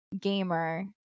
gamer